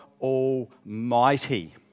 Almighty